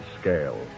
scale